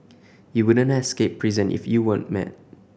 you wouldn't escape prison if you weren't mad